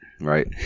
right